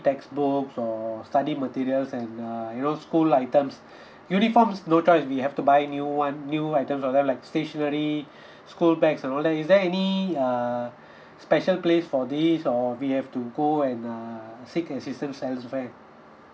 text books or study materials and uh you know school items uniforms no choice we have to buy new one new items or there like stationary school bags and all that is there any uh special place for this or we have to go and err seek assistance as well